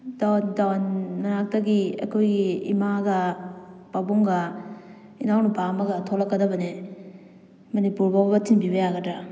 down town ꯃꯅꯥꯛꯇꯒꯤ ꯑꯩꯈꯣꯏꯒꯤ ꯏꯃꯥꯒ ꯄꯥꯕꯨꯡꯒ ꯏꯅꯥꯎ ꯅꯨꯄꯥ ꯑꯃꯒ ꯊꯣꯛꯂꯛꯀꯗꯕꯅꯤ ꯃꯅꯤꯄꯨꯔ ꯐꯥꯎꯕ ꯊꯤꯟꯕꯤꯕ ꯌꯥꯒꯗ꯭ꯔꯥ